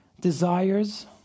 desires